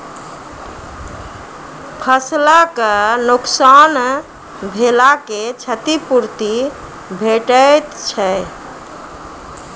फसलक नुकसान भेलाक क्षतिपूर्ति भेटैत छै?